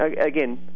again